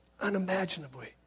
unimaginably